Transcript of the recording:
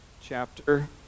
chapter